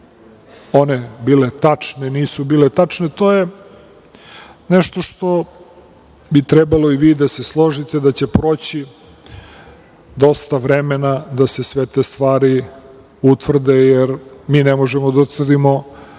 one bile tačne, nisu bile tačne, to je nešto što bi trebalo i vi da se složite da će proći dosta vremena da se sve te stvari utvrde, jer mi ne možemo da utvrdimo